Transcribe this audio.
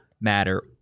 matter